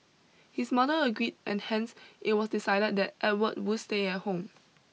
his mother agreed and hence it was decided that Edward would stay at home